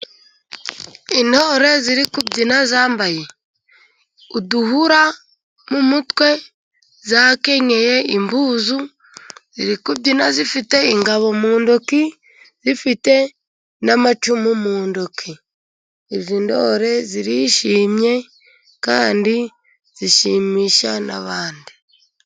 Intore ziri kubyina zambaye uduhura mu mutwe, zakenyeye impuzu, ziri kubyina zifite ingabo mu ntoki, zifite n'amacumu mu ntoki, izi ntore zirishimye kandi zishimisha n'abandi.